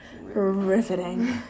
Riveting